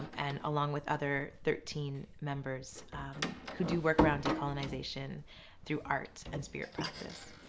and along with other thirteen members who do work around decolonization through art and spirit practice.